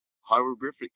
hieroglyphic